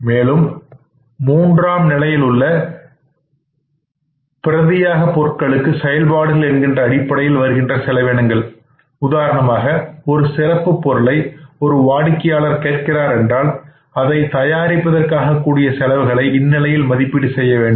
மேலும் மூன்றாம் நிலையில் உள்ள பிரதியாக பொருள்களுக்கான செயல்பாடுகள் என்கின்ற அடிப்படையில் வருகின்ற செலவீனங்கள் உதாரணமாக ஒரு சிறப்புப் பொருளை ஒரு வாடிக்கையாளர் கேட்கின்றார் என்றால் அதை தயாரிப்பதற்காக கூடிய செலவுகளை இந்நிலையில் மதிப்பீடு செய்ய வேண்டும்